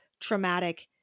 traumatic